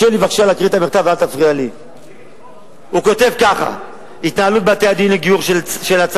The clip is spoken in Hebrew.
זה חרם דרבנו גרשום, לקרוא מכתבים של אחרים?